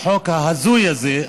את החוק ההזוי הזה,